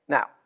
Now